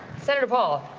senator paul,